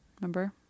Remember